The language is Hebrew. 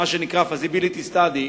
מה שנקרא feasibility study,